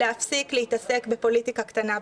להפסיק להתעסק בפוליטיקה קטנה,